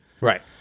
right